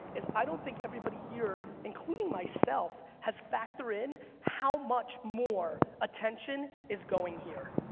is i don't think everybody here, including myself, has factored in how much more attention is going here.